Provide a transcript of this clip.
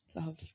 love